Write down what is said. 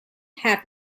have